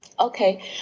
Okay